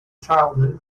childhood